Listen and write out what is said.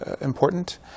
important